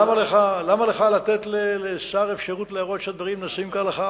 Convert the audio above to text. למה לך לתת לשר אפשרות להראות שהדברים נעשים כהלכה.